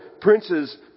princes